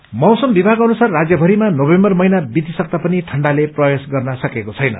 weather मौसम विभाग अनुसार राज्यमरिमा नवम्बर महिना वितिसक्दा पनि ठण्डाले प्रवेश गर्न सकेको छैन